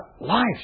life